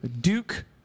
Duke